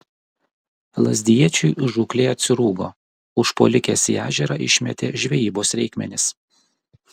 lazdijiečiui žūklė atsirūgo užpuolikės į ežerą išmetė žvejybos reikmenis